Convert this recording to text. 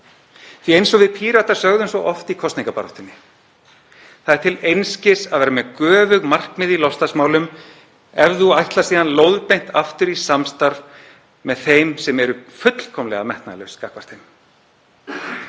að eins og við Píratar sögðum svo oft í kosningabaráttunni er til einskis að vera með göfug markmið í loftslagsmálum ef þú ætlar síðan lóðbeint aftur í samstarf með þeim sem eru fullkomlega metnaðarlaus gagnvart